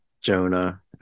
Jonah